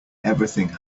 everything